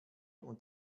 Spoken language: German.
und